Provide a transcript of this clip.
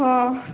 ହଁ